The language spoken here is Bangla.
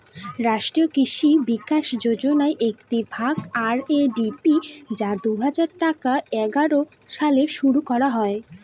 রাষ্ট্রীয় কৃষি বিকাশ যোজনার একটি ভাগ আর.এ.ডি.পি যা দুই হাজার এগারো সালে শুরু করা হয়